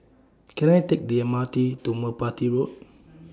Can I Take The M R T to Merpati Road